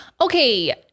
okay